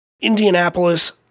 Indianapolis